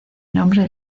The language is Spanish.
nombre